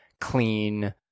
clean